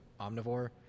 omnivore